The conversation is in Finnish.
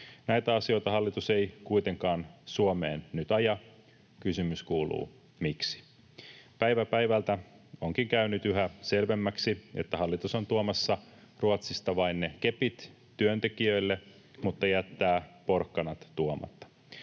Näitä asioita hallitus ei kuitenkaan Suomeen nyt aja. Kysymys kuuluu: miksi? Päivä päivältä onkin käynyt yhä selvemmäksi, että hallitus on tuomassa Ruotsista vain ne kepit työntekijöille mutta jättää porkkanat tuomatta.